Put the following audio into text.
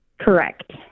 Correct